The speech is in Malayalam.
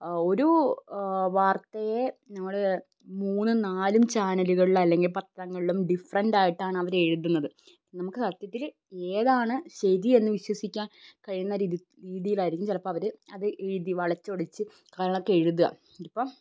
ഒരു വാർത്തയെ നമ്മൾ മൂന്നും നാലും ചാനലുകളിൽ അല്ലെങ്കിൽ പത്രങ്ങളും ഡിഫ്രെൻ്റ് ആയിട്ടാണ് അവർ എഴുതുന്നത് നമുക്ക് സത്യത്തിൽ ഏതാണ് ശരി എന്നു വിശ്വസിക്കാൻ കഴിയുന്ന രീതിയിലായിരിക്കും ചിലപ്പം അവർ അത് എഴുതി വളച്ചൊടിച്ചു കാര്യങ്ങളൊക്കെ എഴുതാൻ അപ്പം